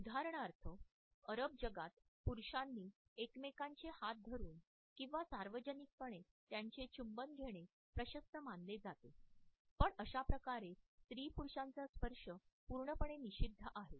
उदाहरणार्थ अरब जगात पुरुषांनी एकमेकांचे हात धरुन किंवा सार्वजनिकपणे त्यांना चुंबन घेणे प्रशस्त मानले जाते पण अशा प्रकारे स्त्री पुरूषांचा स्पर्श पूर्णपणे निषिद्ध आहे